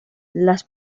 las